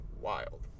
wild